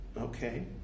Okay